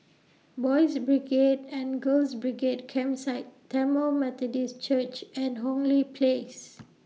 Boys' Brigade and Girls' Brigade Campsite Tamil Methodist Church and Hong Lee Place